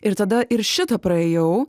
ir tada ir šitą praėjau